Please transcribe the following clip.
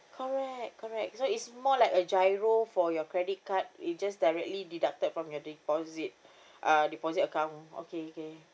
correct correct so it's more like GIRO for your credit card it just directly deducted from your deposit uh deposit account okay K